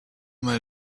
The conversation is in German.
mal